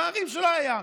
פערים שלא היו.